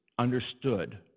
understood